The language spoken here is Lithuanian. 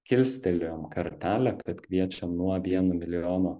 kilstelėjom kartelę kad kviečiam nuo vieno milijono